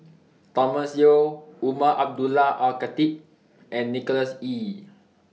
Thomas Yeo Umar Abdullah Al Khatib and Nicholas Ee